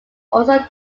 also